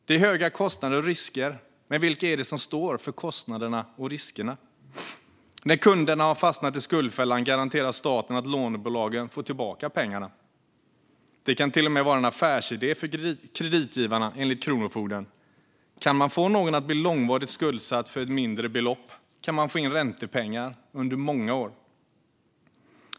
Det är höga kostnader och risker, men vilka är det som står för kostnaderna och riskerna? När kunderna har fastnat i skuldfällan garanterar staten att lånebolagen får tillbaka pengarna. Det kan till och med vara en affärsidé för kreditgivarna, enligt Kronofogden. Om man kan få någon att bli långvarigt skuldsatt för ett mindre belopp kan man få in räntepengar under många år.